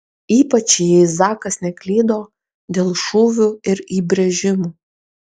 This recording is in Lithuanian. ypač jei zakas neklydo dėl šūvių ir įbrėžimų